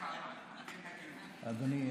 אדוני,